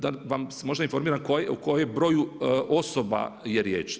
Da, vas možda informiram o kojem broju osoba je riječ.